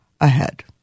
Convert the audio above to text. ahead